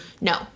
No